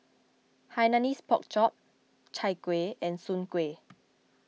Hainanese Pork Chop Chai Kuih and Soon Kueh